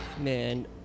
man